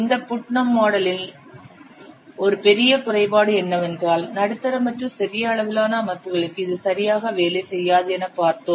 இந்த புட்னம் மாடலின் ஒரு பெரிய குறைபாடு என்னவென்றால் நடுத்தர மற்றும் சிறிய அளவிலான அமைப்புகளுக்கு இது சரியாக வேலை செய்யாது என பார்த்தோம்